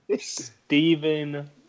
Stephen